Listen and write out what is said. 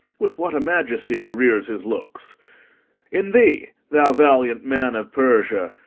with what a majesty he rears his looks in thee, thou valiant man of persia,